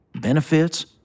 Benefits